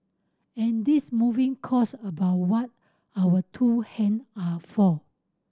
and this moving quotes about what our two hand are for